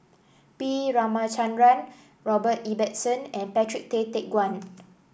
B Ramachandran Robert Ibbetson and Patrick Tay Teck Guan